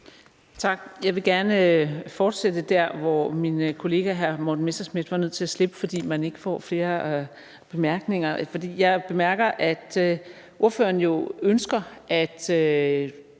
Tak. Jeg vil gerne fortsætte der, hvor min kollega, hr. Morten Messerschmidt, var nødt til at slippe, fordi man ikke får flere bemærkninger. For jeg bemærker, at ordføreren jo ønsker, at